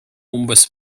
umbes